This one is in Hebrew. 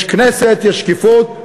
יש כנסת, יש שקיפות.